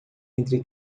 entre